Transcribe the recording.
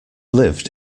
lived